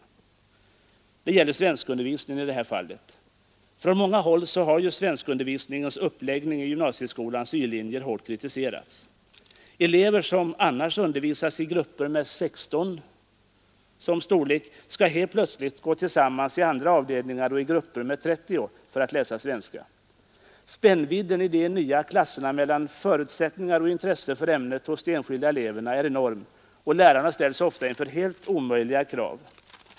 Det gäller i det här fallet svenskundervisningen. Från många håll har svenskundervisningens uppläggning i gymnasieskolans y-linjer hårt kritiserats. Elever som annars undervisas i grupper med 16 skall helt plötsligt gå tillsammans med andra avdelningar och i grupper med 30 elever läsa svenska. Spännvidden i de nya klasserna mellan förutsättningar och intresse för ämnet hos de enskilda eleverna är enorm, och lärarna ställs ofta inför helt omöjliga krav.